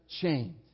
chained